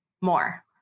more